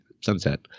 sunset